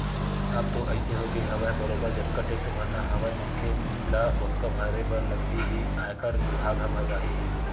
अब तो अइसे होगे हवय बरोबर जतका टेक्स भरना हवय मनखे ल ओतका भरे बर लगही ही आयकर बिभाग ह भरवाही ही